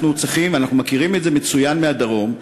אנחנו מכירים את זה מצוין מהדרום,